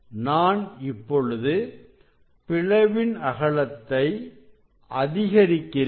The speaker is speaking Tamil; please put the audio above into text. நான் இப்பொழுது பிளவின் அகலத்தை அதிகரிக்கிறேன்